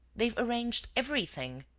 they've arranged everything.